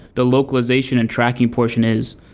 the localization and tracking portion is.